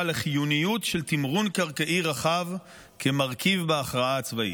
לחיוניות של תמרון קרקעי רחב כמרכיב בהכרעה הצבאית.